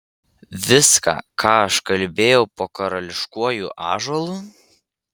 viską ką aš kalbėjau po karališkuoju ąžuolu